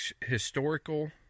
historical